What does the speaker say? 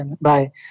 Bye